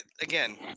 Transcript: again